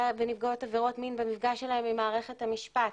ונפגעות עבירות מין במפגש שלהם עם מערכת המשפט,